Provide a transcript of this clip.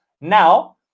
Now